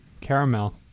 Caramel